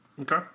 Okay